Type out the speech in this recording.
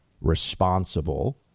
responsible